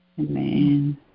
Amen